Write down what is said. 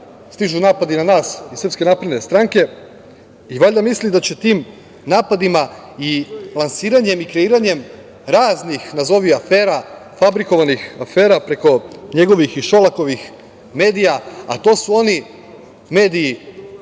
stižu napadi na nas iz SNS i valjda misli da će tim napadima i lansiranjem i kreiranjem raznih, nazovi afera, fabrikovanih afera preko njegovih i Šolakovih medija, a to su oni mediji